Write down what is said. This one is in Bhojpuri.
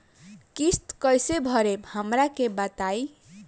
किस्त कइसे भरेम हमरा के बताई?